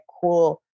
cool